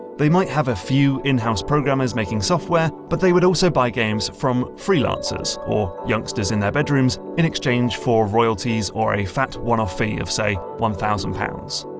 they might have a few in-house programmers making software, but they would also buy games from freelancers or youngsters in their bedrooms in exchange for royalties or a fat one-off fee of, say, one thousand pounds.